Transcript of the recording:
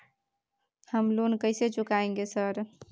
हम लोन कैसे चुकाएंगे सर?